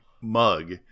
mug